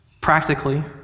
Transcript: Practically